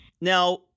Now